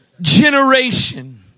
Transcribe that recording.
generation